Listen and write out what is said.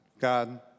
God